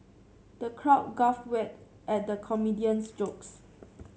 the crowd guffawed at the comedian's jokes